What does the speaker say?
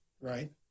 Right